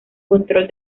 control